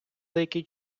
деякий